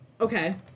Okay